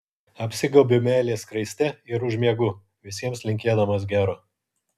apsigaubiu meilės skraiste ir užmiegu visiems linkėdamas gero